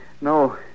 No